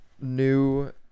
new